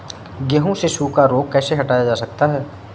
गेहूँ से सूखा रोग कैसे हटाया जा सकता है?